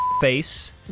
Face